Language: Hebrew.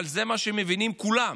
אבל זה מה שהם מבינים, כולם,